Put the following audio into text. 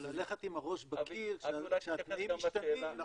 אבל ללכת עם הראש בקיר כשהתנאים משתנים זה עוד יותר בעייתי.